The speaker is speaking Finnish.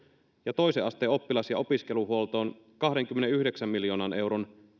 ja toisen asteen oppilas ja opiskeluhuoltoon kahdenkymmenenyhdeksän miljoonan euron